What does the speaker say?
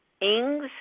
ings